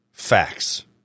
Facts